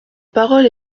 parole